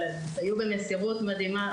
אבל הם היו במסירות מדהימה,